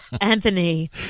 Anthony